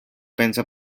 pensa